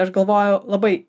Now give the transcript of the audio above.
aš galvoju labai